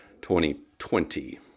2020